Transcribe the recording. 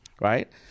right